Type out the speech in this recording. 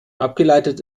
abgeleitet